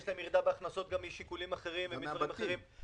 להם ירידה בהכנסות גם משיקולים אחרים ומדברים אחרים.